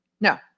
no